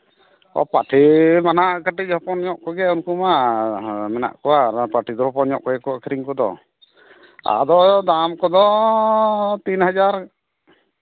ᱯᱟᱹᱴᱷᱤ ᱢᱟ ᱱᱟᱦᱟᱸᱜ ᱠᱟᱹᱴᱤᱡ ᱦᱚᱯᱚᱱ ᱧᱚᱜ ᱠᱚᱜᱮ ᱩᱱᱠᱩ ᱢᱟ ᱢᱮᱱᱟᱜ ᱠᱚᱣᱟ ᱚᱱᱟ ᱯᱟᱹᱴᱷᱤ ᱢᱟ ᱦᱚᱯᱚᱱ ᱧᱚᱜ ᱠᱚᱜᱮ ᱠᱚ ᱟᱹᱠᱷᱨᱤᱧ ᱠᱚᱫᱚ ᱟᱫᱚ ᱫᱟᱢ ᱠᱚᱫᱚ ᱛᱤᱱ ᱦᱟᱡᱟᱨ